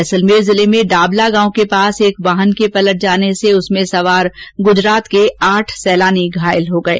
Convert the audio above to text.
जैसलमेर जिले में डाबला गांव के पास एक वाहन के पलट जाने से उसमें सवार आठ गुजराती सैलानी घायल हो गये